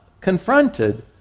confronted